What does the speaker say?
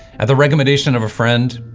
at the recommendation of a friend,